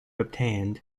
obtained